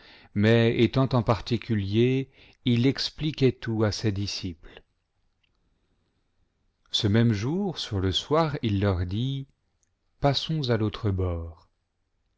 mais étant en particulier il expliquait tout à ses disciples ce même jour sur le soir il leur dit passons à l'autre bord